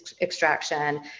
extraction